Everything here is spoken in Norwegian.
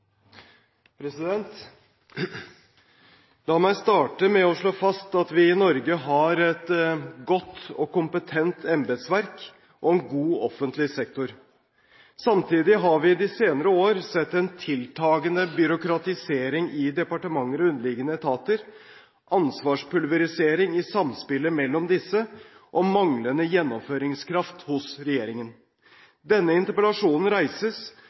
sete. La meg starte med å slå fast at vi i Norge har et godt og kompetent embetsverk og en god offentlig sektor. Samtidig har vi de senere år sett en tiltakende byråkratisering i departementer og underliggende etater, ansvarspulverisering i samspillet mellom disse og manglende gjennomføringskraft hos regjeringen. Denne interpellasjonen reises